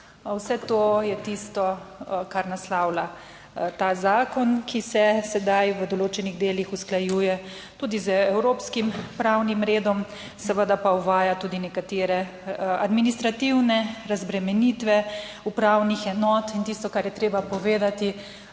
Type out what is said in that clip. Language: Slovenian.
vse to je tisto kar naslavlja ta zakon, ki se sedaj v določenih delih usklajuje tudi z evropskim pravnim redom, seveda pa uvaja tudi nekatere administrativne razbremenitve upravnih enot. In tisto, kar je treba povedati,